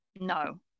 No